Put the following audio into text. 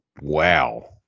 Wow